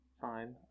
fine